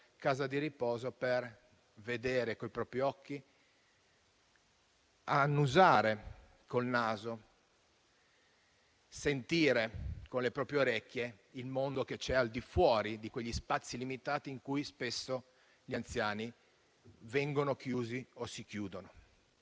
casa di riposo, per vedere con i propri occhi, annusare con il proprio naso e sentire con le proprie orecchie il mondo che c'è al di fuori di quegli spazi limitati in cui spesso viene chiuso o si chiude.